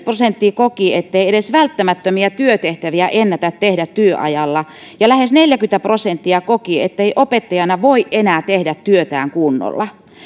prosenttia koki ettei edes välttämättömiä työtehtäviä ennätä tehdä työajalla ja lähes neljäkymmentä prosenttia koki ettei opettajana voi enää tehdä työtään kunnolla